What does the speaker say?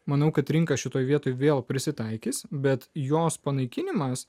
manau kad rinka šitoje vietoj vėl prisitaikys bet jos panaikinimas